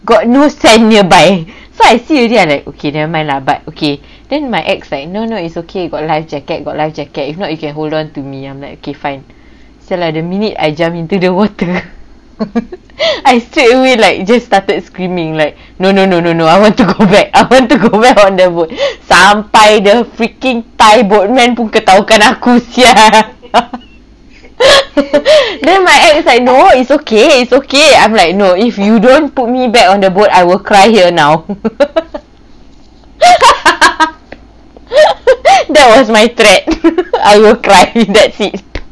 got no sand nearby so I see already I'm like okay nevermind lah but okay then my ex like no no it's okay got life jacket got life jacket if not you can hold on to me I'm like okay fine [sial] lah the minute I jumped into the water I straight away like just started screaming like no no no no no I want to go back I want to go back on the boat sampai the freaking thai boat man pun ketawakan aku [sial] then my ex like no it's okay it's okay I'm like no if you don't put me back on the boat I will cry here now that was my threat I will cry that's it